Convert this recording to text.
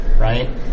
right